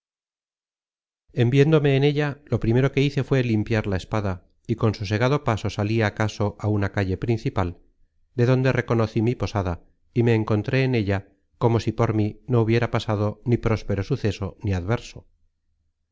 viéndome en ella lo primero que hice fué limpiar la espada y con sosegado paso salí acaso á una calle principal de donde reconocí mi posada y me encontré en ella como si por mí no hubiera pasado ni próspero suceso ni adverso